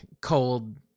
cold